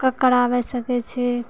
कराबै सकै छै